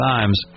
Times